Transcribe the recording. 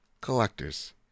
Collectors